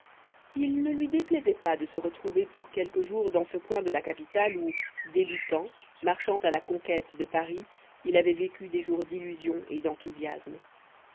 il ne lui déplaisait pas de se retrouver pour quelques jours dans ce coin de la capitale où débutant marchant à la conquête de paris il avait vécu des jours d'illusion et d'enthousiasme